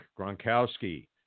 Gronkowski